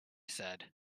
said